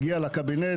הגיע לקבינט,